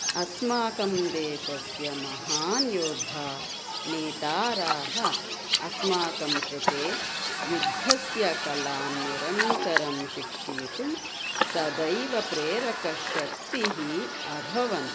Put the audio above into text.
अस्माकं देशस्य महान् योद्धा नेताराः अस्माकं कृते युद्धस्य कलां निरन्तरं शिक्षयितुं सदैव प्रेरकश्शक्तिः अभवन्